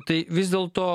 tai vis dėlto